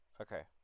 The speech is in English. Okay